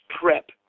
prep